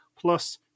plus